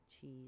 cheese